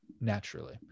naturally